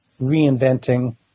reinventing